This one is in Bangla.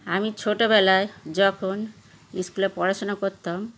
আমি ছোটবেলায় যখন স্কুলে পড়াশোনা করতাম